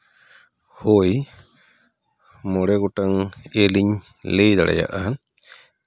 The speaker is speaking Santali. ᱦᱳᱭ ᱢᱚᱬᱮ ᱜᱚᱴᱟᱝ ᱮᱞᱤᱧ ᱞᱟᱹᱭ ᱫᱟᱲᱮᱭᱟᱜᱼᱟ